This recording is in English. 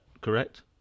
correct